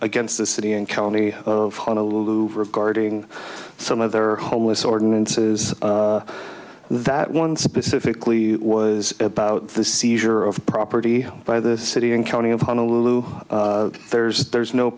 against the city and county of honolulu regarding some of their homeless ordinances that one specifically was about the seizure of property by the city and county of honolulu there's there's no